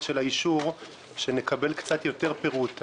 כאשר נתבקש אישור שנקבל קצת יותר פירוט.